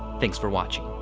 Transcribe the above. thanks for watching.